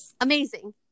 Amazing